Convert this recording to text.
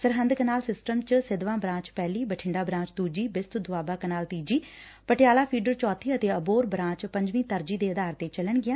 Sirhind canal system ਚ Sidhwan branch ਪਹਿਲੀ Bathinda branch ਦੁਜੀ ਬਿਸਤ ਦੋਆਬ ਕਨਾਲ ਤੀਜੀ ਪਟਿਆਲਾ ਫੀਡਰ ਚੌਥੀ ਅਤੇ ਅਬੋਹਰ ਬੂਾਚ ਪੰਜਵੀ ਤਰਜੀਹ ਦੇ ਆਧਾਰ ਤੇ ਚੱਲਣਗੀਆਂ